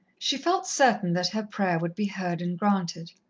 she felt certain that her prayer would be heard and granted.